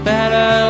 Better